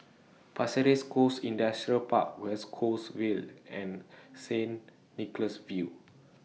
Pasir Ris Coast Industrial Park West Coast Vale and Saint Nicholas View